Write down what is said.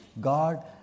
God